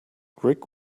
rick